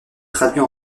traduits